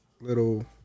little